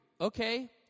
Okay